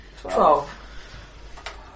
twelve